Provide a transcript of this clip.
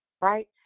right